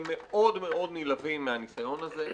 הם מאוד נלהבים מהניסיון הזה.